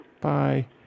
Bye